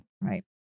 right